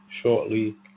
shortly